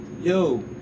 yo